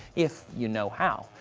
if you know how.